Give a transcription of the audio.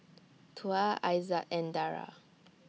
Tuah Aizat and Dara